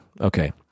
Okay